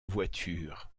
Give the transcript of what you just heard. voitures